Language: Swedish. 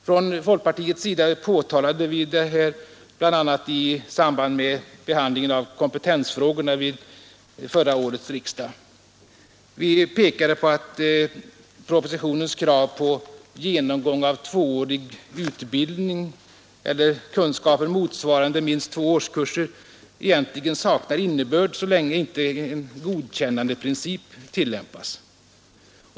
Från folkpartiets sida påtalade vi detta bl.a. i samband med behandlingen av kompetensfrågorna vid förra årets riksdag. Vi pekade på att propositionens krav på genomgång av tvåårig utbildning eller kunskaper motsvarande minst två årskurser egentligen saknar innebörd så länge inte en godkännandeprincip tillämpas.